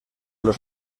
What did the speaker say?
los